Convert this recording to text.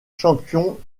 champion